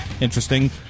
interesting